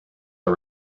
are